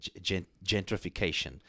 gentrification